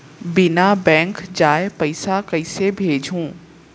बिना बैंक जाए पइसा कइसे भेजहूँ?